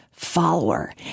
Follower